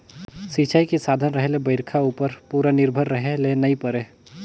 सिंचई के साधन रहें ले बइरखा के उप्पर पूरा निरभर रहे ले नई परे